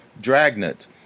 Dragnet